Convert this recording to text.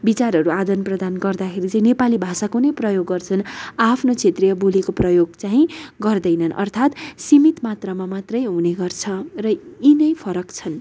विचारहरू आदनप्रदान गर्दाखेरि चाहिँ नेपीली भाषाको नै प्रयोग गर्छन् आआफ्नो क्षेत्रीय बोलीको प्रयोग चाहिँ गर्दैनन् अर्थात् सिमित मात्रमा मात्रै हुने गर्छ र यी नै फरक छन्